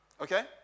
okay